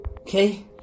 Okay